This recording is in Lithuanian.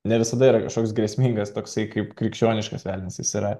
ne visada yra kažkoks grėsmingas toksai kaip krikščioniškas velnias jis yra